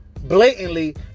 Blatantly